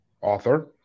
author